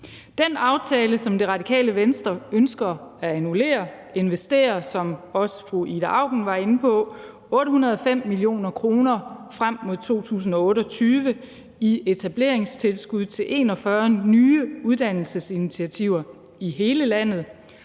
Den aftale, som Det Radikale Venstre ønsker at annullere, investerer, hvad også fru Ida Auken var inde på, 805 mio. kr. frem mod 2028 i etableringstilskud til 41 nye uddannelsesinitiativer i hele landet.